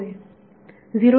विद्यार्थी होय